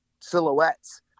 silhouettes